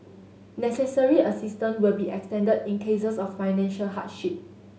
necessary assistance will be extended in cases of financial hardship